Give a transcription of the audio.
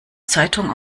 zeitung